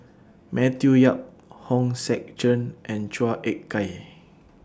Matthew Yap Hong Sek Chern and Chua Ek Kay